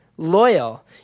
Loyal